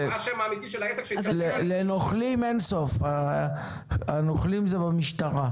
הנוכלים זה במשטרה.